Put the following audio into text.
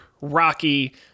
Rocky